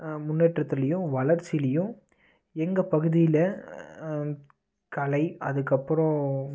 முன்னேற்றத்துலேயும் வளர்ச்சியிலேயும் எங்கள் பகுதியில் கலை அதுக்கப்பறம்